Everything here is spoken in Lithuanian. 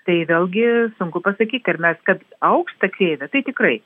tai vėlgi sunku pasakyti ar mes kad augs ta kreivė tai tikrai